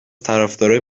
طرفدارای